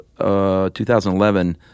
2011